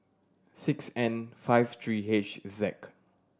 six N five three H Z